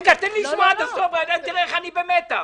רגע, תן לי לשמוע עד הסוף, תראה איך אני במתח.